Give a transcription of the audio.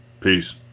Peace